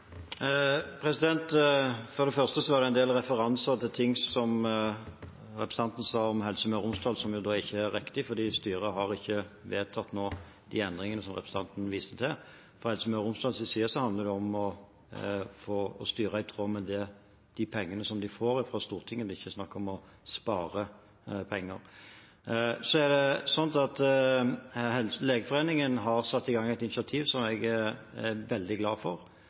For det første var det en del referanser til ting som representanten sa om Helse Møre og Romsdal som ikke er riktig, for styret har ikke vedtatt de endringene som representanten viste til. Fra Helse Møre og Romsdals side handler det om å styre i tråd med de pengene de får fra Stortinget; det er ikke snakk om å spare penger. Så er det slik at Legeforeningen har satt i gang et initiativ som jeg er veldig glad for,